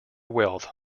wealth